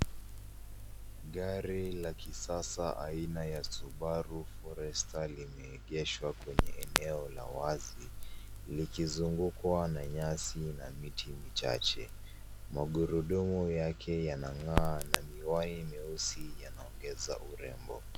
Gari la kisasa aina ya Subaru Forester limeegeshwa kwenye eneo la wazi, likizungukwa na nyasi na miti michache. Magurudumu yake yanang'aa na miwani meusi yanaongeza urembo.